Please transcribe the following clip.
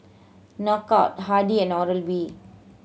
Knockout Hardy and Oral B